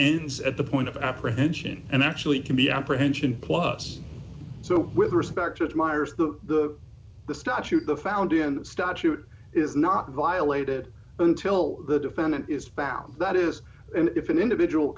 ends at the point of apprehension and actually can be apprehension plus so with respect to admirers the the statute the found in statute is not violated until the defendant is found that is and if an individual